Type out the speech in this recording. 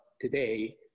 today